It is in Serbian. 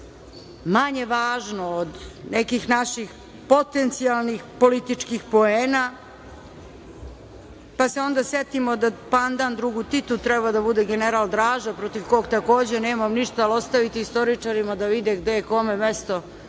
manje važno od nekih naših potencijalnih političkih poena, pa se onda setimo da pandan drugu Titu treba da bude general Draža protiv kog, takođe, nemam ništa, ali ostavite istoričarima da vide gde je kome mesto,